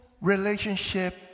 relationship